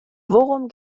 worum